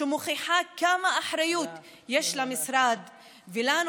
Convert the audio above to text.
שמוכיחה כמה אחריות יש למשרד ולנו,